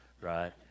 right